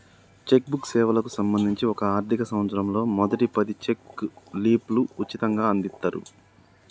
check book సేవలకు సంబంధించి ఒక ఆర్థిక సంవత్సరంలో మొదటి పది చెక్ లీఫ్లు ఉచితంగ అందిత్తరు